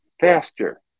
faster